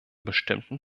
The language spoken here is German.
bestimmten